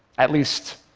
at least,